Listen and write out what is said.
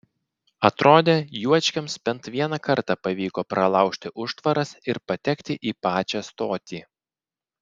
atrodė juočkiams bent vieną kartą pavyko pralaužti užtvaras ir patekti į pačią stotį